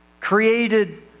Created